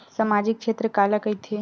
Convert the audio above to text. सामजिक क्षेत्र काला कइथे?